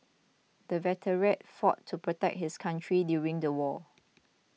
the veteran fought to protect his country during the war